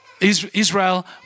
Israel